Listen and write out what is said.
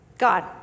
God